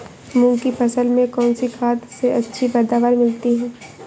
मूंग की फसल में कौनसी खाद से अच्छी पैदावार मिलती है?